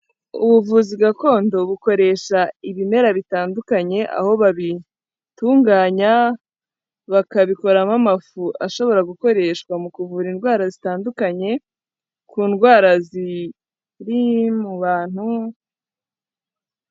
Ubuvuzi gakondo bukoresha ibimera bitandukanye, aho babitunganya bakabikoramo amafu ashobora gukoreshwa mu kuvura indwara zitandukanye, ku ndwara ziri mu bantu.